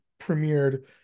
premiered